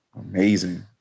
Amazing